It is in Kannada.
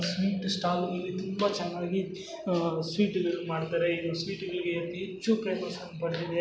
ಸ್ವೀಟ್ ಸ್ಟಾಲು ಇಲ್ಲಿ ತುಂಬ ಚೆನ್ನಾಗಿ ಸ್ವೀಟುಗಳು ಮಾಡ್ತಾರೆ ಇದು ಸ್ವೀಟುಗಳಿಗೆ ಅತಿ ಹೆಚ್ಚು ಫ್ರೇಮಸನ್ನು ಪಡೆದಿದೇ